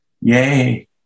Yay